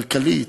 כלכלית,